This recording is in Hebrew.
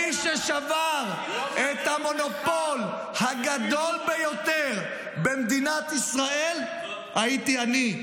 מי ששבר את המונופול הגדול ביותר במדינת ישראל הייתי אני,